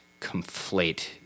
conflate